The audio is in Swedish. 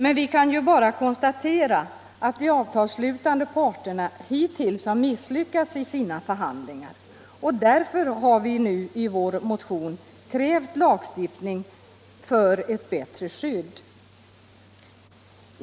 Men vi kan ju bara konstatera att de avtalsslutande parterna hittills har misslyckats i sina förhandlingar. Därför har vi nu i vår motion krävt lagstiftning för ett bättre skydd.